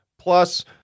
plus